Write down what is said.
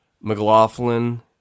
McLaughlin